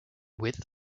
width